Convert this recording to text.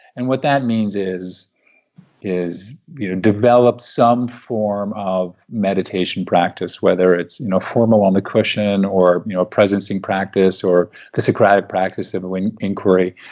and what that means is is develop some form of meditation practice whether it's formal on the cushion or you know presencing practice or the socratic practice of inquiry,